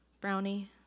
brownie